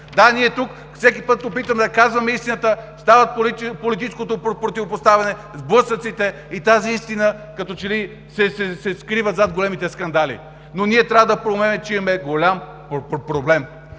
Да, ние тук всеки път опитваме да казваме истината, става политическото противопоставяне, сблъсъците и тази истина като че ли се скрива зад големите скандали. Но ние трябва да проумеем, че имаме голям проблем.